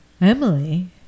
Emily